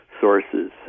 sources